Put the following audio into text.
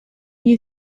you